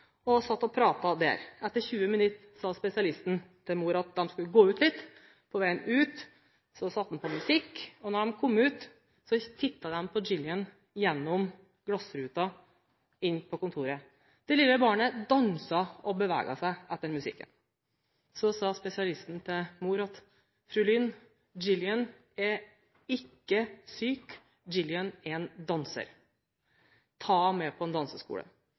og satt og pratet der. Etter 20 minutter sa spesialisten til mor at de skulle gå ut litt. På veien ut satte han på musikk. Da de kom ut, tittet de på Gillian gjennom glassruta inn til kontoret. Det lille barnet danset og beveget seg etter musikken. Spesialisten sa til mor: Fru Lynne, Gillian er ikke syk, Gillian er en danser. Ta henne med til en